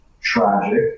tragic